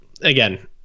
Again